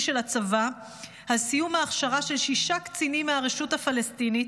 של הצבא על סיום ההכשרה של שישה קצינים מהרשות הפלסטינית,